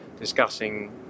discussing